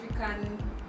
African